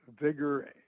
vigor